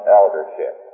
eldership